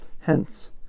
Hence